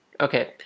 okay